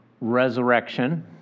Resurrection